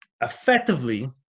effectively